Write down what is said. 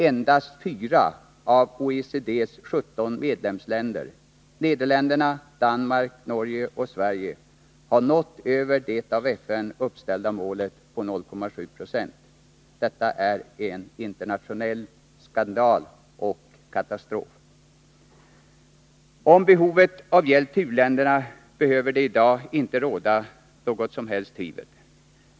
Endast fyra av OECD:s 17 medlemsländer — Nederländerna, Danmark, Norge och Sverige — har nått över det av FN uppställda målet på 0,7 20. Detta är en internationell skandal och katastrof. Om behovet av hjälp till u-länderna behöver det i dag inte råda något som helst tvivel.